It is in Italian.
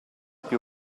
più